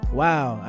wow